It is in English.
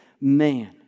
man